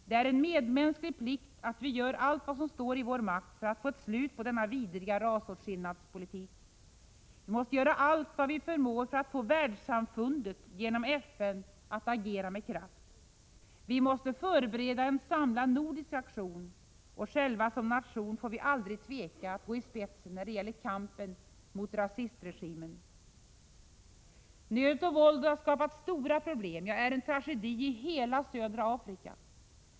Det är en medmänsklig plikt att vi gör allt vad som står i vår makt för att få slut på denna vidriga rasåtskillnadspolitik. Vi måste göra allt vad vi förmår för att få världssamfundet att genom FN agera med kraft. Vi måste förbereda en samlad nordisk aktion och själva som nation aldrig tveka att gå i spetsen när det gäller kampen mot rasistregimen. Nöden och våldet har skapat stora problem — ja, är en tragedi —-i hela södra Afrika.